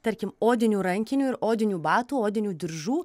tarkim odinių rankinių ir odinių batų odinių diržų